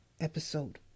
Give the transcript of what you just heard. episode